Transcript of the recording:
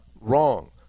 wrong